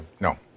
No